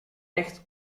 echt